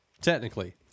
Technically